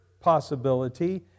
possibility